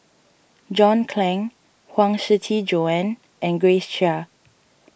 John Clang Huang Shiqi Joan and Grace Chia